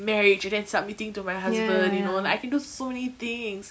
marriage and then submitting to my husband you know like I can do so many things